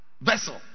vessel